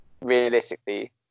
realistically